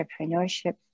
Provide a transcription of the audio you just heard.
entrepreneurship